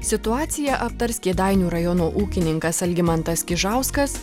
situaciją aptars kėdainių rajono ūkininkas algimantas kižauskas